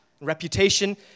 reputation